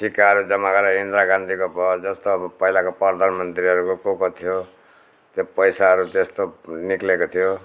सिक्काहरू जम्मा गरेर इन्दिरा गान्धीको भयो जस्तो अब पहिलाको प्रधान मन्त्रीहरू को को थियो त्यो पैसाहरू त्यस्तो निक्लिएको थियो